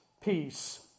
peace